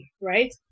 right